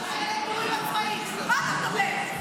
זאת האמת.